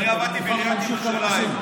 אני עבדתי בעיריית ירושלים.